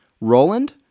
Roland